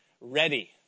ready